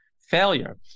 failure